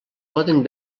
poden